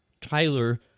Tyler